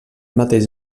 mateix